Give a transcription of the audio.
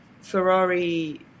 Ferrari